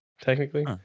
technically